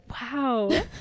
wow